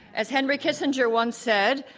as henry kissinger once said,